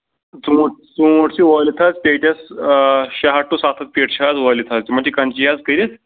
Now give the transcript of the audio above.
ژوٗنٛٹھۍ ژوٗنٹھۍ چھِ وٲلِتھ حظ پیٹٮ۪س شیےٚ ہَتھ ٹُو سَتھ ہَتھ پیٹہِ چھِ حظ وٲلِتھ حظ تِمن چھِ کَنچی حظ کٔرِتھ